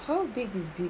how big is it